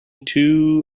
two